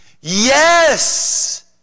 Yes